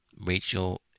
Rachel